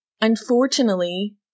unfortunately